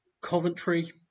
Coventry